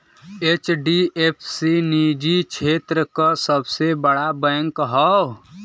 HDFC निजी क्षेत्र क सबसे बड़ा बैंक हौ